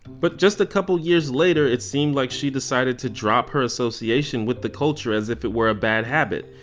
but just a couple years later it seems like she decided to drop her association with the culture as if it were a bad habit,